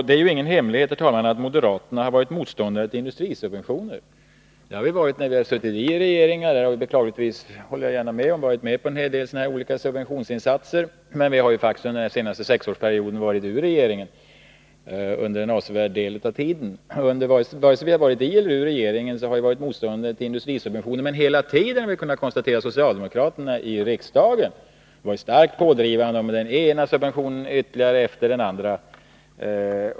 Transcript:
Det är ingen hemlighet, herr talman, att moderaterna har varit motståndare till industrisubventioner. Det har vi varit även när vi suttit i regeringar. Vi har beklagligtvis, det håller jag gärna med om, varit med om en hel del olika subventionsinsatser. Men vi har faktiskt under den senaste sexårsperioden under en avsevärd del av tiden inte tillhört regeringen. Vare sig vi har varit i eller utanför regeringen har vi varit motståndare till industrisubventioner. Men hela tiden har vi kunnat konstatera att socialdemokraterna i riksdagen har varit starkt pådrivande beträffande den ena subventionen efter den andra.